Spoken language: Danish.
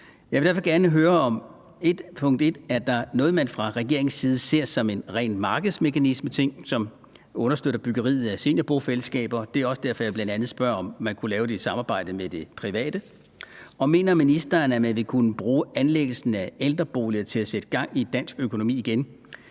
Jeg vil derfor gerne høre, punkt 1: Er der noget, man fra regeringens side ser som en ren markedsmekanismeting, og som understøtter byggeriet af seniorbofællesskaber? Det er også derfor, jeg bl.a. spørger, om man kunne lave det i et samarbejde med det private. Og, punkt 2: Mener ministeren, at man vil kunne bruge anlæggelsen af ældreboliger til at sætte gang i dansk økonomi igen,